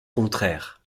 contraires